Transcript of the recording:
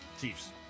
Chiefs